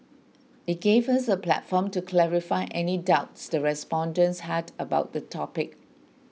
it gave us a platform to clarify any doubts the respondents had about the topic